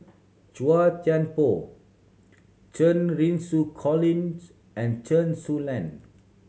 Chua Thian Poh Cheng Xinru Colin and Chen Su Lan